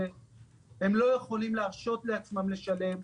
הם לא יכולים להרשות לעצמם לשלם.